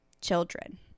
children